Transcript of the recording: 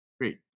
Great